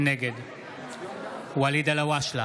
נגד ואליד אלהואשלה,